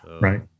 Right